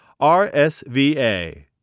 RSVA